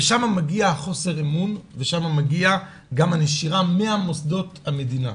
ושם מגיע חוסר האמון ושם מגיע גם הנשירה ממוסדות המדינה.